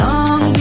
Long